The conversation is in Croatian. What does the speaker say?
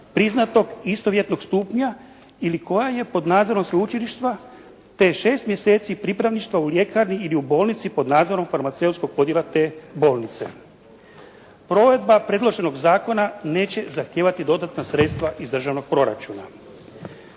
priznatog istovjetnog stupnja ili koja je pod nadzorom sveučilišta te 6 mjeseci pripravništva u ljekarni ili u bolnici pod nadzorom farmaceutskog odjela te bolnice. Provedba predloženog zakona neće zahtijevati dodatna sredstva iz državnog proračuna.